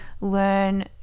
learn